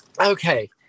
okay